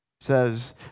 says